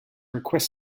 request